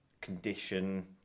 condition